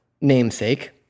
Namesake